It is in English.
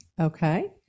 Okay